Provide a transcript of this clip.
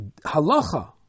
halacha